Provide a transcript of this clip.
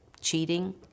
cheating